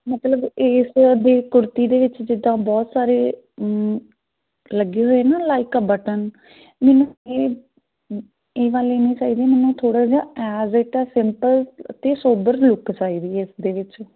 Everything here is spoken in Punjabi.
ਮਤਲਬ ਇਸ ਦੀ ਕੁੜਤੀ ਦੇ ਵਿੱਚ ਜਿੱਦਾਂ ਬਹੁਤ ਸਾਰੇ ਲੱਗੇ ਹੋਏ ਨਾ ਲਾਈਕ ਆ ਬਟਨ ਮੈਨੂੰ ਇਹ ਇਹ ਵਾਲੇ ਨਹੀਂ ਚਾਹੀਦੇ ਮੈਨੂੰ ਥੋੜ੍ਹਾ ਜਿਹਾ ਐਜ਼ ਇਟ ਸਿੰਪਲ ਅਤੇ ਸੋਬਰ ਲੁੱਕ ਚਾਹੀਦੀ ਹੈ ਇਸ ਦੇ ਵਿੱਚ